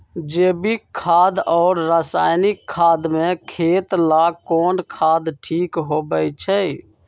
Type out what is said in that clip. जैविक खाद और रासायनिक खाद में खेत ला कौन खाद ठीक होवैछे?